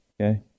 Okay